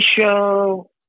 show